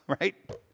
right